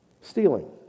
stealing